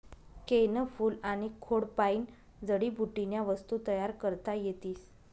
केयनं फूल आनी खोडपायीन जडीबुटीन्या वस्तू तयार करता येतीस